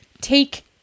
take